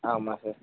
ஆமாம் சார்